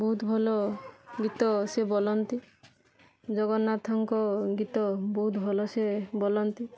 ବହୁତ ଭଲ ଗୀତ ସିଏ ବୋଲନ୍ତି ଜଗନ୍ନାଥଙ୍କ ଗୀତ ବହୁତ ଭଲ ସେ ବୋଲନ୍ତି